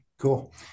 Cool